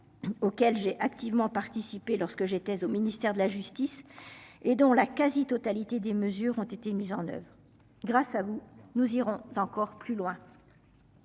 Auxquels j'ai activement participé lorsque j'étais au ministère de la justice et dont la quasi-totalité des mesures ont été mises en oeuvre grâce à vous, nous irons encore plus loin.